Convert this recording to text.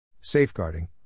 Safeguarding